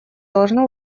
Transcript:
должно